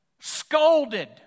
scolded